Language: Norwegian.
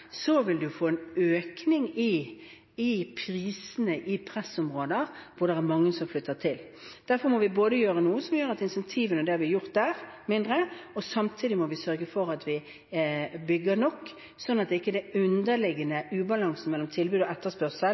vil man få en økning i prisene i pressområder, dit mange flytter. Derfor må vi både gjøre noe som gjør incentivene mindre – det har vi gjort – og samtidig sørge for at vi bygger nok, sånn at ikke en underliggende ubalanse mellom tilbud og etterspørsel